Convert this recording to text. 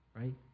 right